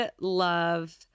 love